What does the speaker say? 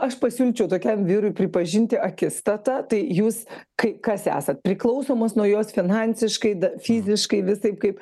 aš pasiūlyčiau tokiam vyrui pripažinti akistatą tai jūs kai kas esat priklausomas nuo jos finansiškai fiziškai visai kaip